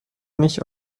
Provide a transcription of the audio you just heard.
nicht